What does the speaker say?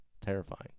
terrifying